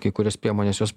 kai kurias priemones jos